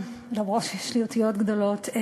למרות שיש לי אותיות גדולות.